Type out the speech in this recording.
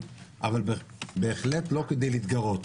אבל בהחלט לא כדי להתגרות.